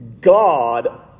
god